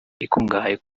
ikungahaye